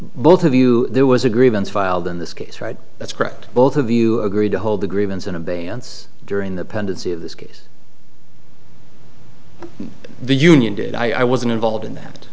both of you there was a grievance filed in this case right that's correct both of you agreed to hold agreements in abeyance during the pendency of this case the union did i i wasn't involved in that